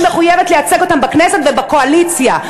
מחויבת לייצג אותם בכנסת ובקואליציה.